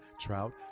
trout